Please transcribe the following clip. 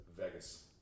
Vegas